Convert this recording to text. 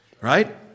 right